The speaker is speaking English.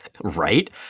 Right